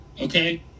okay